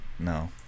No